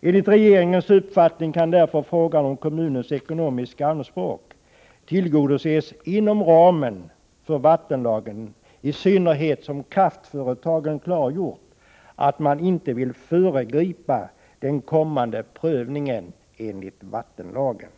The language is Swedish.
Enligt regeringens uppfattning kan därför frågan om kommunens ekonomiska anspråk tillgodoses inom ramen för vattenlagen, i synnerhet som kraftföretagen klargjort att de inte vill föregripa den kommande prövningen enligt vattenlagen.